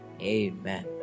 amen